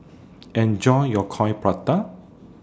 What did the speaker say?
Enjoy your Coin Prata